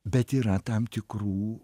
bet yra tam tikrų